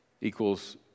equals